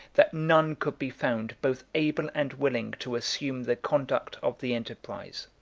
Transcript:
that none could be found both able and willing to assume the conduct of the enterprise.